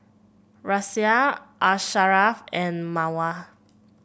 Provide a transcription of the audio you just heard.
Raisya Asharaff and Mawar